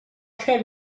have